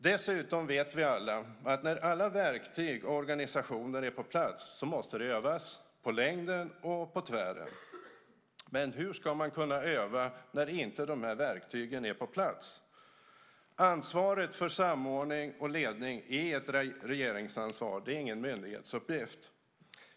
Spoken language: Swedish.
Dessutom vet vi alla att när alla verktyg och organisationer är på plats måste de övas på längden och på tvären. Men hur ska man kunna öva när de här verktygen inte är på plats? Ansvaret för samordning och ledning är ett regeringsansvar, ingen myndighetsuppgift.